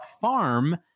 farm